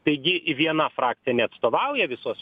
taigi viena frakcija neatstovauja visos